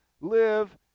live